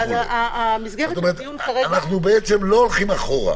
כלומר אנחנו לא הולכים אחורה,